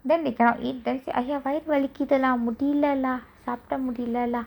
then they cannot eat then say !aiyo! வய்ரு வலிக்குது:vairu valikuthu lah முடியல:mudiyala lah சாப்ட முடியல:saapda mudiyala lah